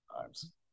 times